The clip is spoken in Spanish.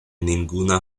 ninguna